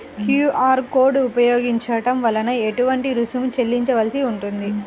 QR code ఉపయోగించటం వలన ఏటువంటి రుసుం చెల్లించవలసి ఉంటుంది?